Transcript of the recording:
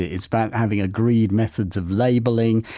it's about having agreed methods of labelling,